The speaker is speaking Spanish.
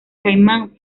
caimán